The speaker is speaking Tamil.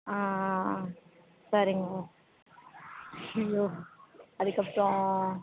ஆ சரிங்க ஐயையோ அதுக்கப்புறம்